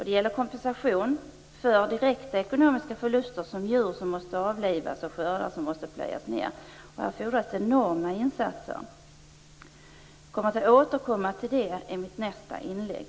Det gäller kompensation för direkta ekonomiska förluster, t.ex. djur som måste avlivas och skördar som måste plöjas ned. Här fordras enorma insatser. Jag kommer att återkomma till det i mitt nästa inlägg.